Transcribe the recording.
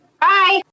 bye